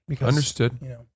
Understood